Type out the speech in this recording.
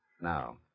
Now